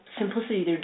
simplicity